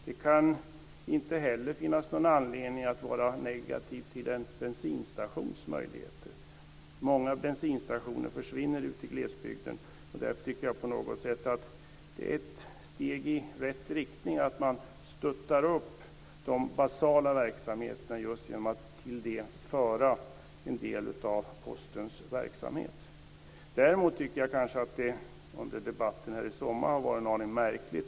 Det kan inte heller finnas någon anledning att vara negativ till en bensinstations möjligheter. Många bensinstationer ute i glesbygden försvinner. Därför tycker jag att det är ett steg i rätt riktning att stötta upp de basala verksamheterna just genom att till dem föra en del av Postens verksamhet. Däremot tycker jag att debatten under sommaren har varit en aning märklig.